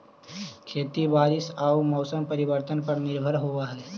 खेती बारिश आऊ मौसम परिवर्तन पर निर्भर होव हई